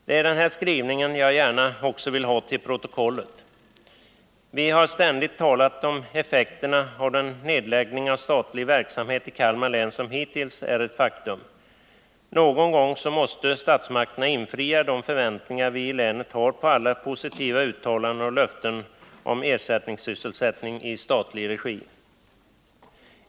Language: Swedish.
Det är denna skrivning jag gärna vill ha till protokollet. Vi har ständigt talat om effekterna av den nedläggning av statlig verksamhet i Kalmar som hittills varit ett faktum. Någon gång måste statsmakterna infria de förväntningar vi i länet har på alla positiva uttalanden och löften om ersättningssysselsättning i statlig regi.